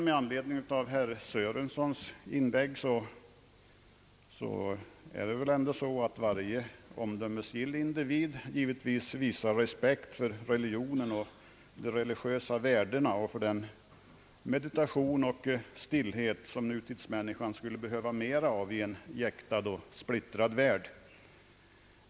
Med anledning av herr Sörensons inlägg vill jag säga att varje omdömesgill individ givetvis visar respekt för religionen, för de religiösa värdena, för den meditation och stillhet som nutidsmänniskan skulle behöva mera av i en jäktad och splittrad värld.